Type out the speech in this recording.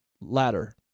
ladder